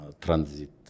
transit